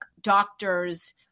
doctors